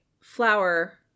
flour